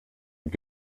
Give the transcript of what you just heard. und